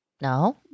No